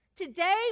Today